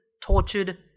tortured